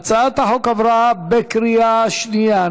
הצעת החוק עברה בקריאה שנייה.